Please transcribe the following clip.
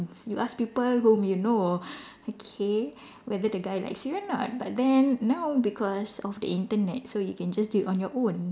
you ask people whom you know okay whether the guy likes you or not but then now because of the Internet so you can just do it on your own